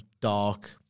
Dark